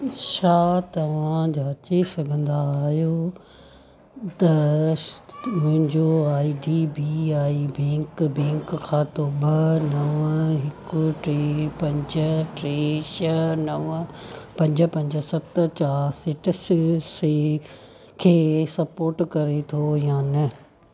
छा तव्हां जांचे सघंदा आहियो त मुंहिंजो I D B I bank bank खातो ॿ नव हिकु टे पंज टे छह नव पंज पंज सत चारि सेटस खे सपोर्ट करे थो या न